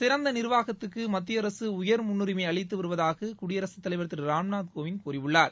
சிறந்த நிர்வாகத்துக்கு மத்திய அரசு உயர் முன்னுரிமை அளித்து வருவதாக குடியரசுத் தலைவர் திரு ராம்நாத் கோவிந்த் கூறியுள்ளார்